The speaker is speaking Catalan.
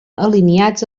alineats